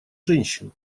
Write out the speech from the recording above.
женщин